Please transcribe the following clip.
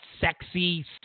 sexy